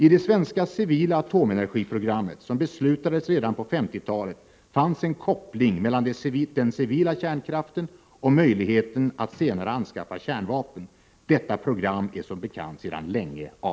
I det svenska civila atomenergiprogrammet, som beslutades redan på 1950-talet, fanns en koppling mellan den civila kärnkraften och möjligheten att senare anskaffa kärnvapen. Detta program är som bekant sedan länge avvecklat.